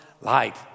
light